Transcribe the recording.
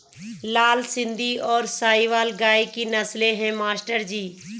लाल सिंधी और साहिवाल गाय की नस्लें हैं मास्टर जी